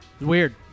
Weird